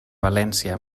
valència